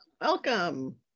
Welcome